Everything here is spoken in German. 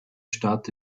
stadt